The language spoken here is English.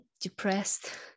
depressed